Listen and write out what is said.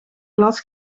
klas